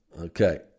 Okay